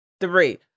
three